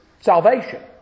salvation